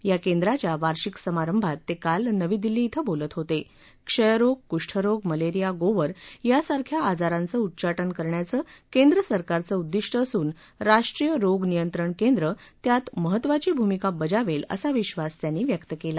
या केंद्राच्या वार्षिक समारभात ते काल नवी दिल्ली क्षेंद्रसरकारचं समारख्या आजारांचं उच्चाटन करण्याचं केंद्रसरकारचं उद्दिष्ट असून राष्ट्रीय रोग नियंत्रण केंद्र त्यात महत्त्वाची भूमिका बजावेल असा विश्वास त्यांनी व्यक्त केला